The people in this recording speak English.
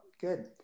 Good